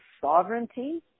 sovereignty